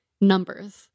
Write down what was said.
numbers